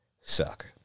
suck